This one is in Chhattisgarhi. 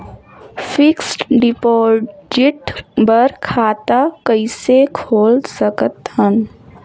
फिक्स्ड डिपॉजिट बर खाता कइसे खोल सकत हन?